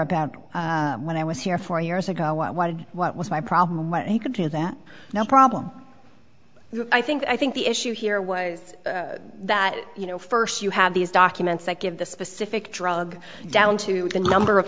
about when i was here four years ago i wanted what was my problem what he could do that no problem i think i think the issue here was that you know first you have these documents that give the specific drug down to the number of